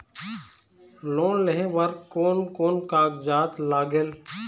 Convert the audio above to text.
Loan लेहे बर कोन कोन कागजात लागेल?